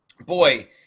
boy